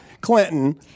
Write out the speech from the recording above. Clinton